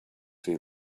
see